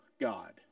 God